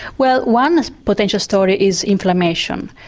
well one potential story is inflammation.